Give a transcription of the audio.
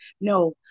No